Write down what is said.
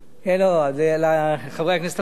ולחברי הכנסת המציעים.